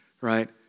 right